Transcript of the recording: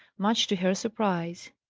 much to her surprise.